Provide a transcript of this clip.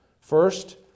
First